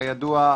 כידוע,